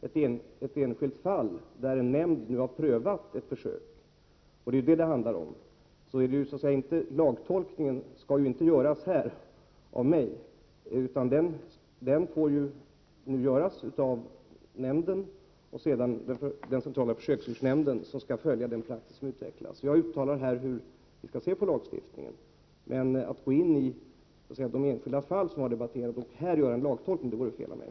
Herr talman! Eftersom Pär Granstedt talar om ett enskilt fall där en nämnd 17 november 1988 nu har prövat ett försök, skall lagtolkningen inte göras av mig, utan den får, Za göras av centrala försöksdjursnämnden, som skall följa den praxis som utvecklas. Jag uttalar mig om hur vi skall se på lagstiftningen, men att här gå in i ett enskilt fall och göra en lagtolkning vore felaktigt av mig.